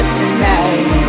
tonight